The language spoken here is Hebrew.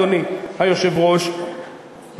אדוני היושב-ראש,